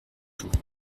tout